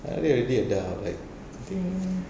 anak dia already adult like I think